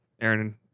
Aaron